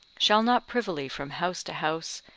shall not privily from house to house,